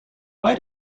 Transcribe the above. why